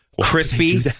crispy